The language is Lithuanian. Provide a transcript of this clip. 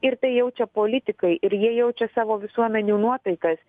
ir tai jaučia politikai ir jie jaučia savo visuomenių nuotaikas